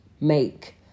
make